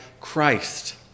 Christ